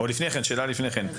או שאלה לפני כן,